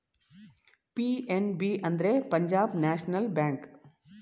PNB ಅಂದ್ರೆ Punjab National bank